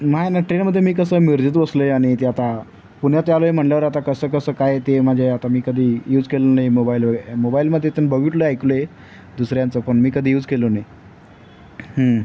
नाही नाही ट्रेनमध्ये मी कसं मिरजेत बसलो आहे आणि ते आता पुण्यात यायलोय म्हटल्यावर आता कसं कसं काय ते माझे आता मी कधी यूज केलं नाही मोबाईलवर मोबाईलमध्ये इथून बघितलं ऐकलं आहे दुसऱ्यांचं पण मी कधी यूज केलो नाही